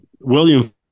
William